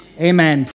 Amen